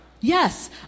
yes